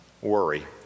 worry